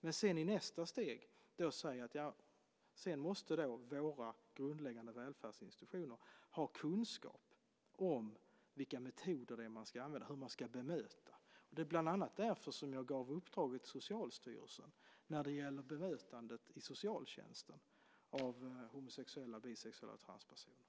Men i nästa steg måste våra grundläggande välfärdsinstitutioner ha kunskap om vilka metoder man ska använda, hur man ska bemöta. Det var bland annat därför som jag gav uppdraget till Socialstyrelsen när det gäller bemötandet i socialtjänsten av homosexuella, bisexuella och transpersoner.